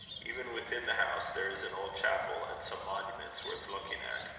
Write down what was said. even within the house there is an old chapel, and some monuments worth looking at.